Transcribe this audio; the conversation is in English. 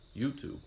YouTube